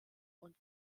und